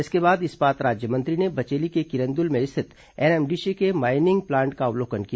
इसके बाद इस्पात राज्यमंत्री ने बचेली के किरंदुल में स्थित एनएमडीसी के माइनिंग प्लांट का अवलोकन किया